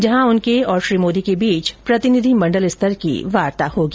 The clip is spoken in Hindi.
जहां उनके और श्री मोदी के बीच प्रतिनिधि मण्डल स्तर की वार्ता होगी